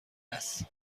است